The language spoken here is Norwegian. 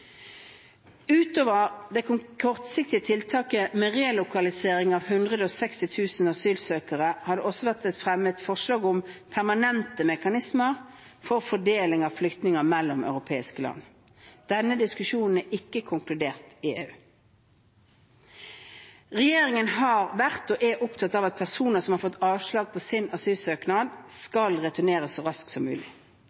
Utover det kortsiktige tiltaket med relokalisering av 160 000 asylsøkere har det også vært fremmet forslag om permanente mekanismer for fordeling av flyktninger mellom europeiske land. Denne diskusjonen er ikke konkludert i EU. Regjeringen har vært og er opptatt av at personer som har fått avslag på sin asylsøknad, skal returneres så raskt som mulig.